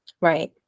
right